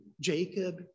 Jacob